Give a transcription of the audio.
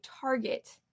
target